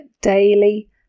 daily